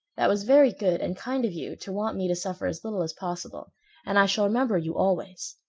that was very good and kind of you to want me to suffer as little as possible and i shall remember you always.